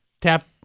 tap